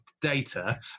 data